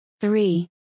Three